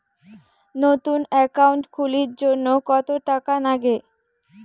নতুন একাউন্ট খুলির জন্যে কত টাকা নাগে?